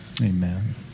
Amen